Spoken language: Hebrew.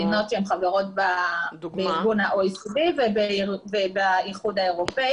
מדינות שהן חברות בארגון ה-OECD ובאיחור האירופי.